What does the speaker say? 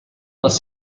les